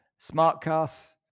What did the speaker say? Smartcast